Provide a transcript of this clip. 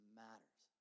matters